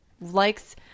likes